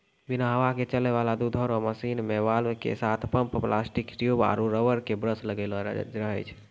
बिना हवा के चलै वाला दुधो रो मशीन मे वाल्व के साथ पम्प प्लास्टिक ट्यूब आरु रबर के ब्रस लगलो रहै छै